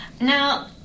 Now